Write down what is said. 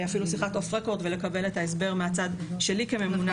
אפילו שיחת אוף רקורד ולקבל את ההסבר מהצד שלי כממונה.